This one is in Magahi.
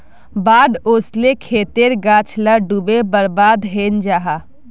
बाढ़ ओस्ले खेतेर गाछ ला डूबे बर्बाद हैनं जाहा